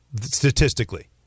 statistically